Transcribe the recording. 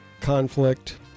conflict